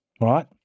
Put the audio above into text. right